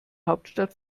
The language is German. hauptstadt